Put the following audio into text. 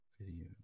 video